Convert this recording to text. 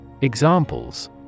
Examples